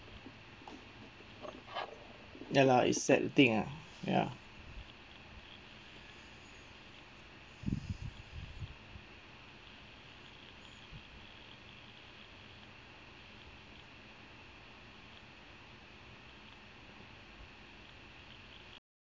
ya lah is sad thing ya